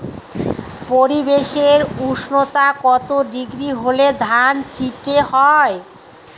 পরিবেশের উষ্ণতা কত ডিগ্রি হলে ধান চিটে হয়?